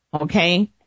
Okay